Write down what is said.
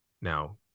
Now